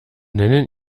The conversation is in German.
nennen